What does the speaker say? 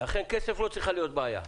לכן כסף לא צריך להיות בעיה.